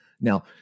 Now